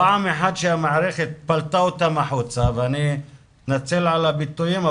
פעם אחת כשהמערכת פלטה אותם החוצה ואני מתנצל על הביטויים,